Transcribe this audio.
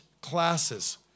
classes